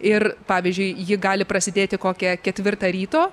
ir pavyzdžiui ji gali prasidėti kokią ketvirtą ryto